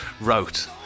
wrote